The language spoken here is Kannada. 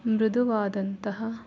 ಮೃದುವಾದಂತಹ